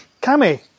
Cammy